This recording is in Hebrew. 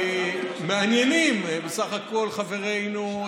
מעניינים בסך הכול את חברינו.